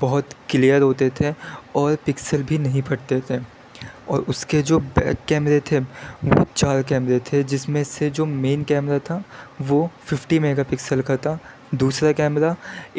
بہت کلیئر ہوتے تھے اور پکسل بھی نہیں پھٹتے تھے اور اس کے جو بیک کیمرے تھے وہ چار کیمرے تھے جس میں سے جو مین کیمرہ تھا وہ ففٹی میگا پکسل کا تھا دوسرا کیمرہ